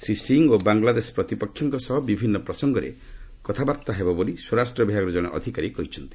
ଶ୍ରୀ ସିଂ ଓ ବାଂଗଲାଦେଶ ପ୍ରତିପକ୍ଷଙ୍କ ସହ ବିଭିନ୍ନ ପ୍ରସଙ୍ଗରେ କଥାବାର୍ତ୍ତା କରିବେ ବୋଲି ସ୍ୱରାଷ୍ଟ୍ର ବିଭାଗର ଜଣେ ଅଧିକାରୀ କହିଛନ୍ତି